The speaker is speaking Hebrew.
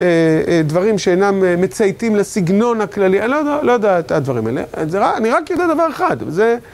דברים שאינם מצייתים לסגנון הכללי. אני לא יודע את הדברים האלה, אני רק יודע דבר אחד: זה...